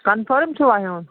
confirm چھُوٕ ہیوٚن